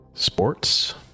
Sports